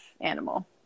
animal